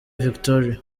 victoria